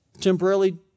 temporarily